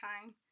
time